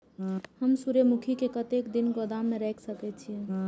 हम सूर्यमुखी के कतेक दिन गोदाम में रख सके छिए?